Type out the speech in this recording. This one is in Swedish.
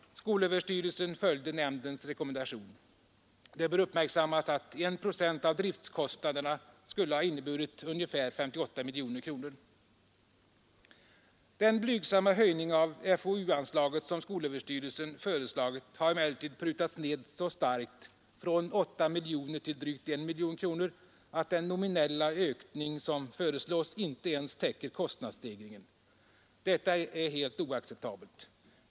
Skolöverstyrelsen följde nämndens rekommendation. Det bör uppmärksammas att 1 procent av driftkostnaderna skulle ha inneburit ungefär 58 miljoner kronor. Den blygsamma höjning av forskningsoch utvecklingsanslaget som skolöverstyrelsen föreslagit har emellertid prutats ned så starkt — från 8 miljoner till drygt 1 miljon kronor — att den nominella ökning som föreslås inte ens täcker kostnadsstegringen. Detta är helt oacceptabelt.